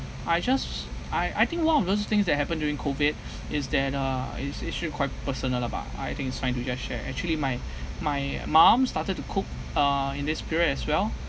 I just I I think one of those things that happen during COVID is that uh this issue quite personal lah but I think it's fine to just share actually my my mum started to cook uh in this period as well